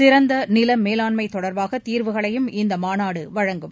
சிறந்த நில மேலாண்மை தொடர்பாக தீர்வுகளையும் இந்த மாநாடு வழங்கும்